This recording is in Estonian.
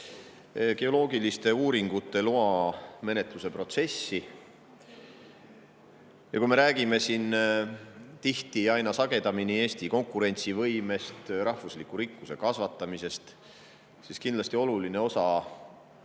geoloogiliste uuringute loamenetluse protsessi. Me räägime siin tihti ja aina sagedamini Eesti konkurentsivõimest ja rahvusliku rikkuse kasvatamisest. Kindlasti on oluline aru